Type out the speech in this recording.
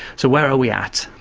so where are we at?